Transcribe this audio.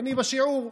אני בשיעור.